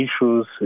issues